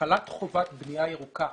החלת חובת בנייה ירוקה